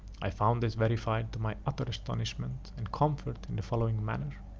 i found this verified to my utter astonishment and comfort in the following manner